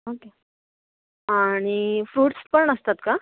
okay आणि fruits पण असतात का